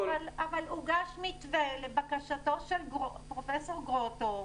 --- אבל הוגש מתווה לבקשתו של פרופ' גרוטו,